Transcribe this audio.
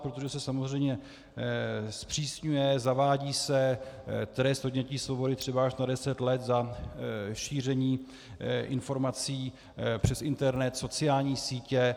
Protože se samozřejmě zpřísňuje, zavádí se trest odnětí svobody třeba až na deset let za šíření informací přes internet, sociální sítě.